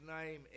name